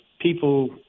people